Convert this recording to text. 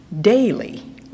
daily